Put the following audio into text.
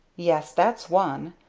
yes that's one.